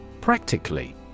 Practically